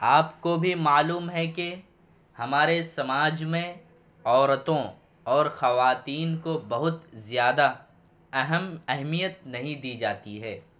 آپ کو بھی معلوم ہے کہ ہمارے سماج میں عورتوں اور خواتین کو بہت زیادہ اہم اہمیت نہیں دی جاتی ہے